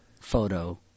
photo